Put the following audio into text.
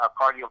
cardio